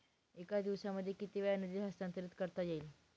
एका दिवसामध्ये किती वेळा निधी हस्तांतरीत करता येईल?